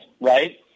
right